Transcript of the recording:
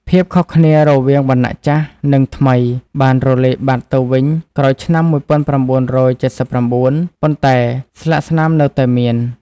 ភាពខុសគ្នារវាងវណ្ណៈចាស់ និងថ្មី បានរលាយបាត់ទៅវិញក្រោយឆ្នាំ ១៩៧៩ ប៉ុន្តែស្លាកស្នាមនៅតែមាន។